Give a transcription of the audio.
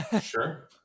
Sure